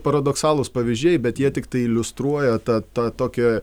paradoksalūs pavyzdžiai bet jie tiktai iliustruoja tą tą tokią